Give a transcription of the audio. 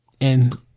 And-